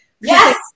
Yes